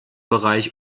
bereich